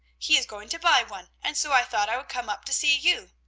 he is going to buy one, and so i thought i would come up to see you.